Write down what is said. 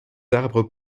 arbres